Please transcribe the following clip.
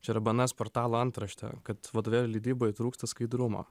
čia yra bns portalo antraštė kad vadovėlių leidybai trūksta skaidrumo